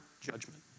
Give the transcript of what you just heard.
judgment